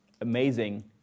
amazing